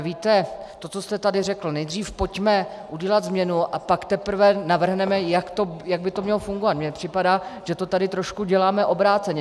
Víte, to, co jste tady řekl, nejdřív pojďme udělat změnu, a pak teprve navrhneme, jak by to mělo fungovat mně připadá, že to tady trošku děláme obráceně.